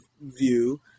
view